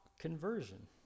conversion